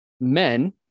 men